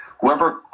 Whoever